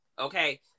okay